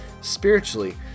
spiritually